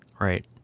Right